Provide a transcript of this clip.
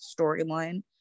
storyline